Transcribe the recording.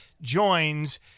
joins